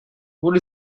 what